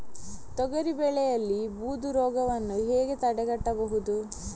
ತೊಗರಿ ಬೆಳೆಯಲ್ಲಿ ಬೂದು ರೋಗವನ್ನು ಹೇಗೆ ತಡೆಗಟ್ಟಬಹುದು?